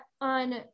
on